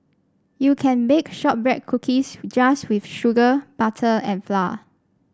you can bake shortbread cookies just with sugar butter and flour